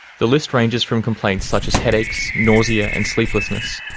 the list ranges from complaints such as headaches, nausea and sleeplessness,